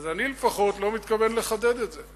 אני לא מתכוון לחדד את זה.